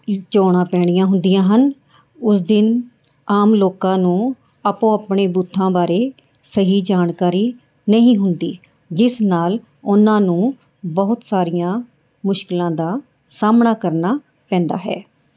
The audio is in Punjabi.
ਚੋਣਾਂ ਪੈਣੀਆਂ ਹੁੰਦੀਆਂ ਹਨ ਉਸ ਦਿਨ ਆਮ ਲੋਕਾਂ ਨੂੰ ਆਪੋ ਆਪਣੇ ਬੂਥਾਂ ਬਾਰੇ ਸਹੀ ਜਾਣਕਾਰੀ ਨਹੀਂ ਹੁੰਦੀ ਜਿਸ ਨਾਲ ਉਨ੍ਹਾਂ ਨੂੰ ਬਹੁਤ ਸਾਰੀਆਂ ਮੁਸ਼ਕਲਾਂ ਦਾ ਸਾਹਮਣਾ ਕਰਨਾ ਪੈਂਦਾ ਹੈ